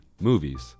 movies